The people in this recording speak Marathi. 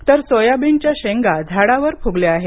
तर सोयाबीनच्या शेंगा झाडावर फुगल्या आहेत